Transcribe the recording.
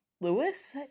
Lewis